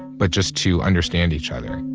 but just to understand each other